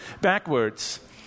backwards